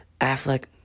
Affleck